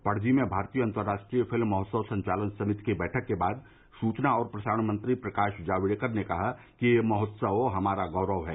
पणजी में भारतीय अंतर्राष्ट्रीय फिल्म महोत्सव संचालन समिति की बैठक के बाद सूचना और प्रसारण मंत्री प्रकाश जावड़ेकर ने कहा कि यह महोत्सव हमारा गौरव है